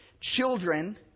Children